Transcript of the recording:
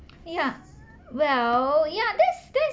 yeah well ya that's that's